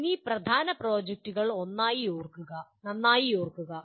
mini പ്രധാന പ്രോജക്ടുകൾ നന്നായി ഓർക്കുക